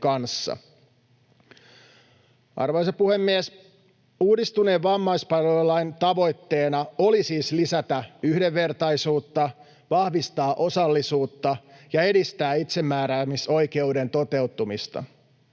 Arvoisa puhemies! Uudistuneen vammaispalvelulain tavoitteena oli siis lisätä yhdenvertaisuutta, vahvistaa osallisuutta ja edistää itsemääräämisoikeuden toteutumista.